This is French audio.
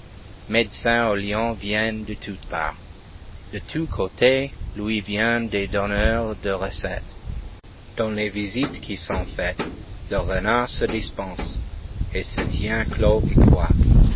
médecins au lion viennent de toutes parts de tous côtés lui vient des donneurs de recettes dans les visites qui sont faites le renard se dispense et se tient clos et coi